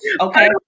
okay